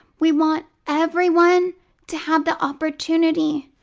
we want everyone to have the opportunity,